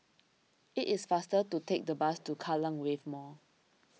it is faster to take the bus to Kallang Wave Mall